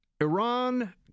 Iran